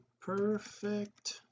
perfect